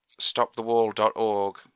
stopthewall.org